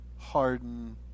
harden